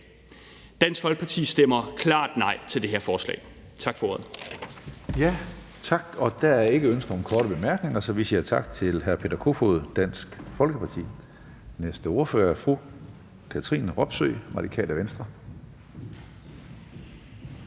Dansk Folkeparti stemmer klart nej til det her forslag. Tak for ordet.